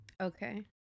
Okay